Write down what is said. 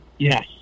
Yes